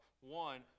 one